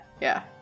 yeah